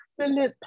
absolute